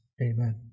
Amen